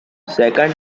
second